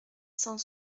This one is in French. cent